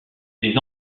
les